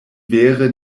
vere